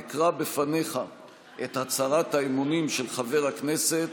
אקרא בפניך את הצהרת האמונים של חבר הכנסת,